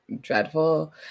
dreadful